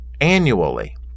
annually